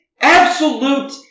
absolute